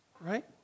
right